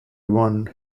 one